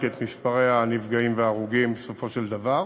את מספרי הנפגעים וההרוגים בסופו של דבר.